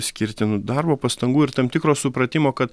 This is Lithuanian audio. skirti nu darbo pastangų ir tam tikro supratimo kad